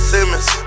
Simmons